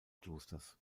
klosters